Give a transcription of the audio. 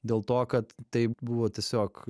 dėl to kad tai buvo tiesiog